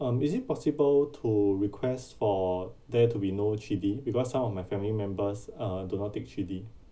um is it possible to request for there to be no chili because some of my family members uh do not take chili